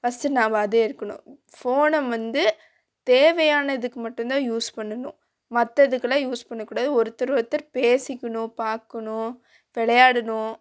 first நாம அதே இருக்கணும் ஃபோனை வந்து தேவையானதுக்கு மட்டுந்தான் யூஸ் பண்ணனும் மற்றதுக்குலாம் யூஸ் பண்ணக்கூடாது ஒருத்தரு ஒருத்தர் பேசிக்கணும் பார்க்கணும் விளையாடுணும்